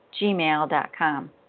gmail.com